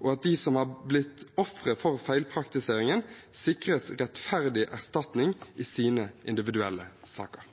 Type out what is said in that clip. og at de som har blitt offer for feilpraktiseringen, sikres rettferdig erstatning i sine individuelle saker.